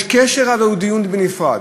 יש קשר, אבל הדיון הוא בנפרד.